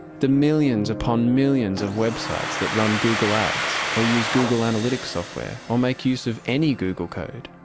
the millions upon millions of websites that run google ads, or use google analytics software, or make use of any google code,